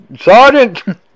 Sergeant